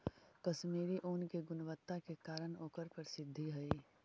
कश्मीरी ऊन के गुणवत्ता के कारण ओकर प्रसिद्धि हइ